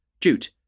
jute